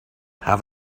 have